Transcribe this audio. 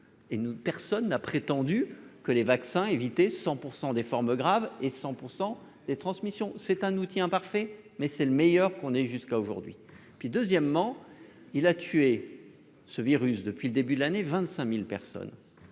personne n'a prétendu que les vaccins éviter 100 pour des formes graves et 100 % des transmissions, c'est un outil, un parfait mais c'est le meilleur qu'on ait jusqu'à aujourd'hui, et puis deuxièmement il a tué ce virus depuis le début de l'année 25000 personnes.